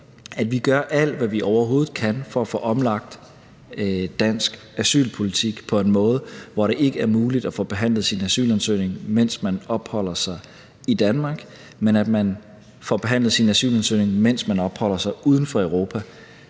at vi gør alt, hvad vi overhovedet kan, for at få omlagt dansk asylpolitik på en måde, hvor det ikke er muligt at få behandlet sin asylansøgning, mens man opholder sig i Danmark, men at man får behandlet sin asylansøgning, mens man opholder sig uden for Europa,